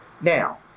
Now